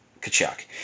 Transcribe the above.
Kachuk